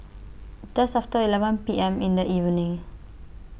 Just after eleven P M in The evening